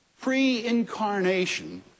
pre-incarnation